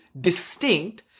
distinct